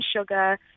sugar